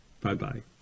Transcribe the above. Bye-bye